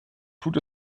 tut